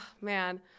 man